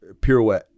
Pirouette